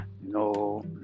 no